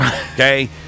Okay